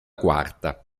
quarta